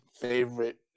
favorite